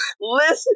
listen